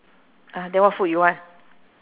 uh than what food you want